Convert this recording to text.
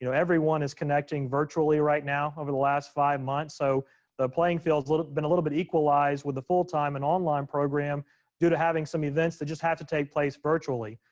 you know everyone is connecting virtually right now over the last five months. so the playing field has been a little bit equalized with the full-time and online program due to having some events that just have to take place virtually.